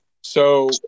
So-